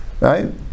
Right